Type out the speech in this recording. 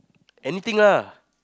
anything lah